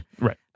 Right